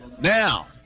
Now